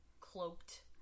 cloaked